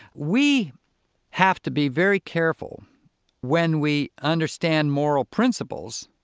we have to be very careful when we understand moral principles,